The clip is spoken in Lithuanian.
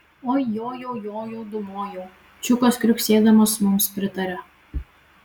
oi jojau jojau dūmojau čiukas kriuksėdamas mums pritaria